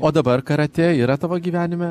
o dabar karatė yra tavo gyvenime